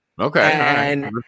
Okay